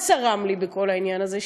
מה צרם לי בכל העניין הזה?